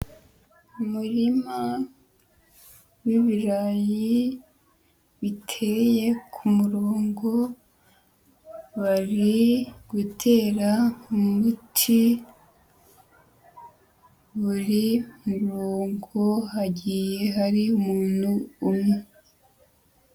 Umurima w'ibirayi biteye k'umurongo bari gutera umuti buri murongo hagiye hari umuntu umwe.